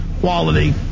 quality